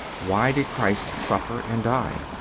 why did christ suffer and die?